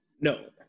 No